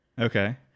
Okay